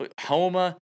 Homa